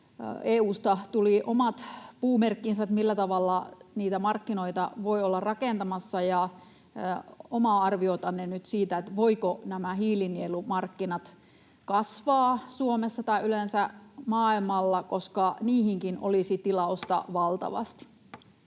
EU:sta tulivat omat puumerkkinsä siitä, millä tavalla niitä markkinoita voi olla rakentamassa. Kysyn nyt omaa arviotanne siitä, voivatko nämä hiilinielumarkkinat kasvaa Suomessa tai yleensä maailmalla, koska niillekin olisi tilausta valtavasti.